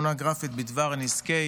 טבק ועישון (תיקון מס' 9) (תמונה של נזקי